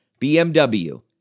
BMW